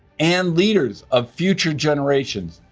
and leaders of future generations,